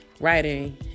writing